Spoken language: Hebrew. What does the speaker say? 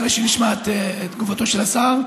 אחרי שנשמע את תגובתו של השר,